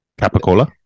Capicola